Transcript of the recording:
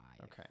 okay